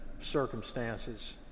Circumstances